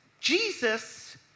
Jesus